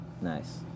Nice